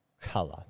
color